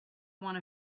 one